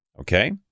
Okay